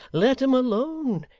let him alone.